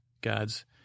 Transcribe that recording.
gods